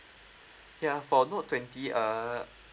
ya for note twenty uh